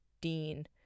Dean